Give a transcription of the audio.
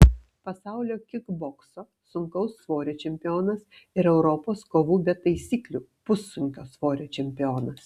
pasaulio kikbokso sunkaus svorio čempionas ir europos kovų be taisyklių pussunkio svorio čempionas